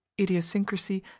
idiosyncrasy